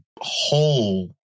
whole